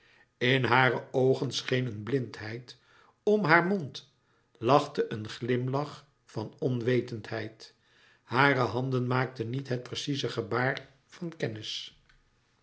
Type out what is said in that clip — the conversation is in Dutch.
in hare oogen scheen een blindheid om haar mond lachte een glimlach van onwetendheid hare handen maakten niet het precieze gebaar van kennis